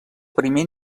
primer